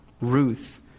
Ruth